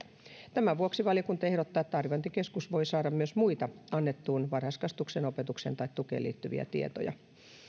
tämän vuoksi valiokunta ehdottaa että arviointikeskus voi saada myös muita annettuun varhaiskasvatukseen opetukseen tai tukeen liittyviä tietoja